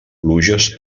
pluges